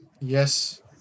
Yes